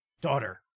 daughter